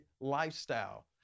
lifestyle